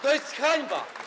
To jest hańba.